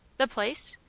the place?